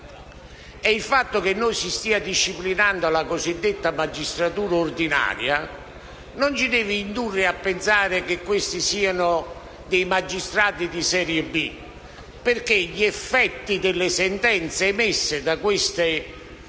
Il fatto che si stia disciplinando la cosiddetta magistratura onoraria non ci deve indurre a pensare che i suoi magistrati siano di serie B, perché gli effetti delle sentenze da essi emesse